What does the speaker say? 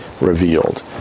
revealed